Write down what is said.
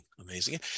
amazing